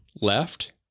left